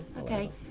Okay